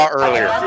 earlier